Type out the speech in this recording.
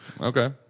Okay